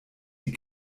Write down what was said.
die